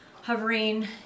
hovering